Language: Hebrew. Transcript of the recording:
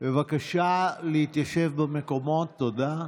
בבקשה להתיישב במקומות, תודה.